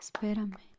espérame